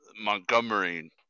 Montgomery